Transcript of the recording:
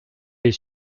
les